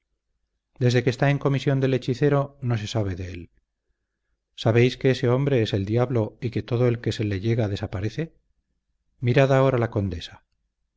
desde que está en comisión del hechicero no se sabe de él sabéis que ese hombre es el diablo y que todo el que se le llega desaparece mirad ahora la condesa